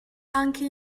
anche